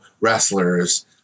wrestlers